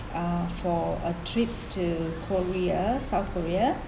uh for a trip to korea south korea